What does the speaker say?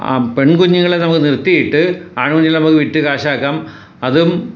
ആ പെൺ കുഞ്ഞുങ്ങളെ നമുക്ക് നിർത്തിയിട്ട് ആൺ കുഞ്ഞുങ്ങളെ നമുക്ക് വിറ്റ് കാശാക്കാം അതും